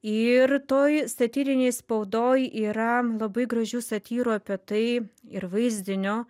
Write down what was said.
ir toj satyrinėj spaudoj yra labai gražių satyrų apie tai ir vaizdinio